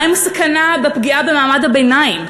מה עם הסכנה בפגיעה במעמד הביניים,